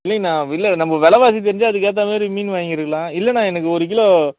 இல்லைங்கண்ணா இல்லை நம்ப வெலைவாசி தெரிஞ்சால் அதுக்கு ஏற்ற மாரி மீன் வாங்கியிருக்கலாம் இல்லைண்ணா எனக்கு ஒரு கிலோ